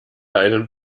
einen